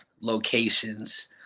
locations